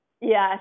Yes